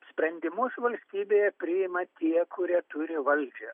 sprendimus valstybėje priima tie kurie turi valdžią